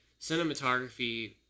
cinematography